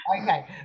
Okay